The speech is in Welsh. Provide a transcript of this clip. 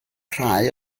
rhai